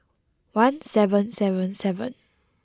one seven seven seven